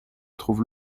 trouve